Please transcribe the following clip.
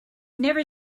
never